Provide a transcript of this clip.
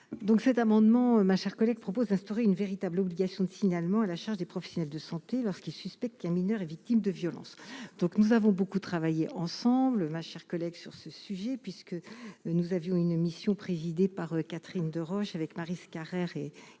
cet amendement, ma chère collègue propose d'instaurer une véritable obligation de signalement à la charge des professionnels de santé lorsqu'ils suspectent qu'un mineur est victime de violences, donc nous avons beaucoup travaillé ensemble, ma chère collègue sur ce sujet puisque nous avions une mission présidée par Catherine Deroche, avec Maryse Carrère et